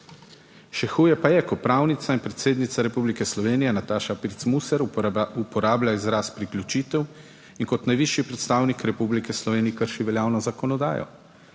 Še huje pa je, ko pravnica in predsednica Republike Slovenije Nataša Pirc Musar uporablja izraz priključitev in kot najvišji predstavnik Republike Slovenije krši veljavno zakonodajo.